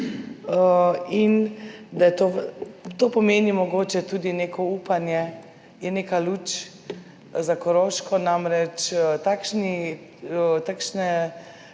je to, to pomeni mogoče tudi neko upanje, je neka luč za Koroško. Namreč takšni,